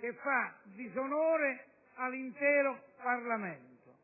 che fa disonore all'intero Parlamento;